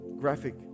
graphic